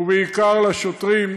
ובעיקר לשוטרים,